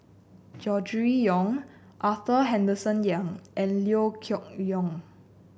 Gregory Yong Arthur Henderson Young and Liew Geok Leong